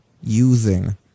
using